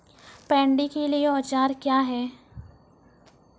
Paddy के लिए औजार क्या हैं?